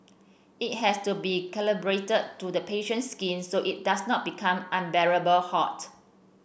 it has to be calibrated to the patient's skin so it does not become unbearably hot